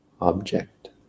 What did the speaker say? object